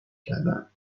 کردند